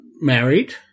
married